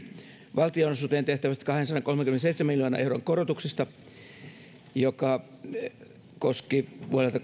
valtionosuuteen tehtävästä kahdensadankolmenkymmenenseitsemän miljoonan euron korotuksesta koskee vuodelta